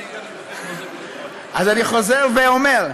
אז אני חוזר ואומר: